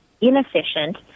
inefficient